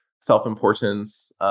self-importance